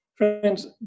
Friends